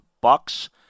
Bucks